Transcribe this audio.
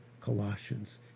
Colossians